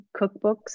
cookbooks